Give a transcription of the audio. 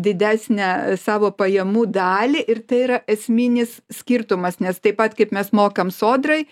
didesnę savo pajamų dalį ir tai yra esminis skirtumas nes taip pat kaip mes mokam sodrai